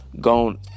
gone